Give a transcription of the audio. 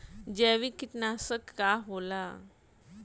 जैविक कीटनाशक का होला?